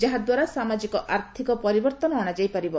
ଯାହାଦ୍ୱାରା ସାମାଜିକ ଆର୍ଥିକ ପରିବର୍ତ୍ତନ ଅଣାଯାଇ ପାରିବ